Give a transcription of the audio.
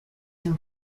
him